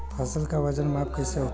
फसल का वजन माप कैसे होखेला?